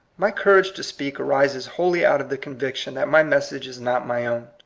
my courage to speak arises wholly out of the conviction that my message is not my own,